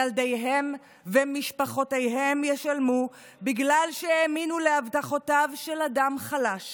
ילדיהם ומשפחותיהם ישלמו בגלל שהאמינו להבטחותיו של אדם חלש